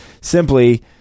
simply